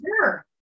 sure